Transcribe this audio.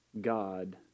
God